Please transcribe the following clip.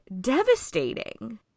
devastating